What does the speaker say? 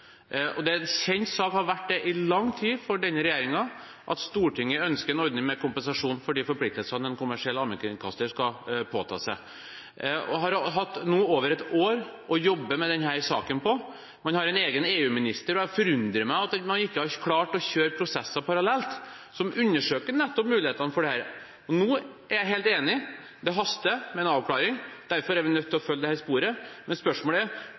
Det er en kjent sak, og har vært det i lang tid for denne regjeringen, at Stortinget ønsker en ordning med kompensasjon for de forpliktelsene en kommersiell allmennkringkaster skal påta seg. Man har hatt over et år på å jobbe med denne saken. Man har en egen EU-minister, og det forundrer meg at man ikke har klart å kjøre prosesser parallelt som undersøker nettopp mulighetene for det. Nå er jeg helt enig i at det haster med en avklaring, og derfor er vi nødt til å følge dette sporet, men spørsmålet er: